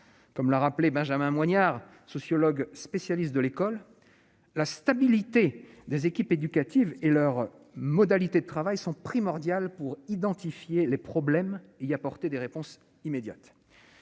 comme l'a rappelé Benjamin Moinard, sociologue spécialiste de l'école, la stabilité des équipes éducatives et leurs modalités de travail sont primordiales pour identifier les problèmes, il y apporter des réponses immédiates.